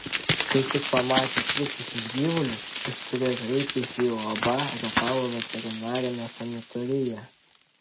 kai tik pamatė kritusius gyvulius jis turėjo kreiptis į uab rietavo veterinarinę sanitariją